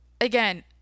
Again